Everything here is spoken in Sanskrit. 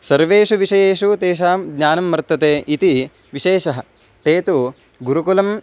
सर्वेषु विषयेषु तेषां ज्ञानं वर्तते इति विशेषः ते तु गुरुकुलं